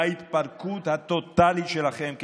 להתפרקות הטוטלית שלכם כממשלה.